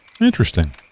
Interesting